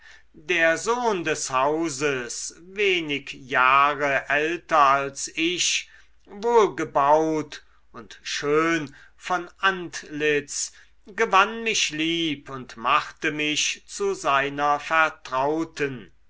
der sohn des hauses wenig jahre älter als ich wohlgebaut und schön von antlitz gewann mich lieb und machte mich zu seiner vertrauten